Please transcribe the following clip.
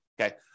okay